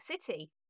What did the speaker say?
City